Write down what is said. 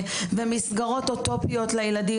ומסגרות אוטופיות לילדים,